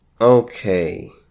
Okay